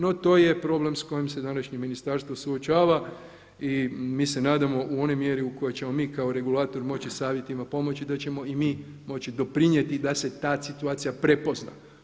No to je problem s kojim se današnje ministarstvo suočava i mi se nadamo u onoj mjeri u kojoj ćemo mi kao regulator moći savjetima pomoći, da ćemo i mi moći doprinijeti da se ta situacija prepozna.